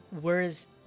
whereas